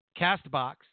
Castbox